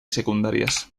secundarias